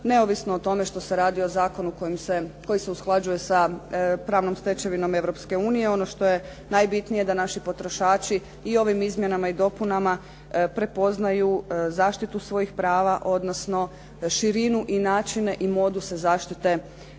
neovisno o tome što se radi o Zakonu koji se usklađuje sa pravnom stečevinom Europske unije. Ono što je najbitnije, da naši potrošači i ovim izmjenama i dopunama prepoznaju zaštitu svojih prava, odnosno širinu i načine i moduse zaštite